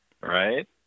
Right